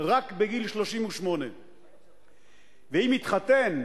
רק בגיל 38. ואם יתחתן,